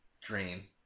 Dream